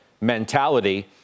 mentality